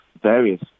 various